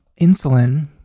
insulin